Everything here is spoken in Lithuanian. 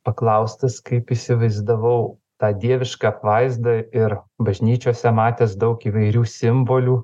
paklaustas kaip įsivaizdavau tą dievišką apvaizdą ir bažnyčiose matęs daug įvairių simbolių